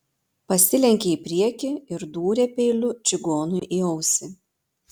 pasilenkė į priekį ir dūrė peiliu čigonui į ausį